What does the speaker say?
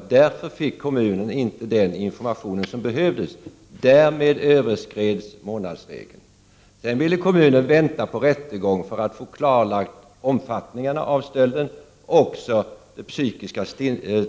Kommunen fick därför inte den information som behövdes, och därmed bröt man mot månadsregeln. Kommunen ville sedan vänta på rättegång för att få stöldens omfattning klarlagd och det psykiska